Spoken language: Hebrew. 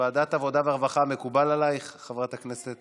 לוועדת העבודה והרווחה, מקובל עלייך, חברת הכנסת